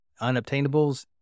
unobtainables